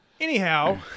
Anyhow